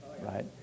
right